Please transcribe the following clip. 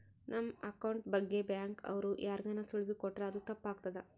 ನಮ್ ಅಕೌಂಟ್ ಬಗ್ಗೆ ಬ್ಯಾಂಕ್ ಅವ್ರು ಯಾರ್ಗಾನ ಸುಳಿವು ಕೊಟ್ರ ಅದು ತಪ್ ಆಗ್ತದ